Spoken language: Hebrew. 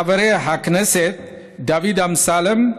חברי הכנסת דוד אמסלם,